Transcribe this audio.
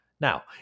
Now